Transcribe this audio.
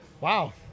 Wow